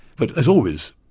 but as always,